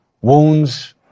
Wounds